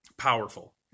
powerful